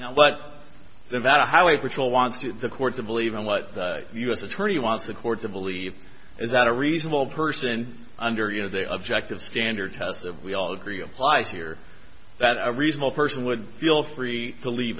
what the data highway patrol wants to the court to believe and what u s attorney wants the court to believe is that a reasonable person under you know the objective standard test that we all agree applies here that a reasonable person would feel free to leave